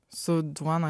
su duona